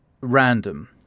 random